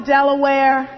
Delaware